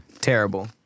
Terrible